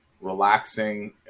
relaxing